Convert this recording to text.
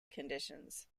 conditions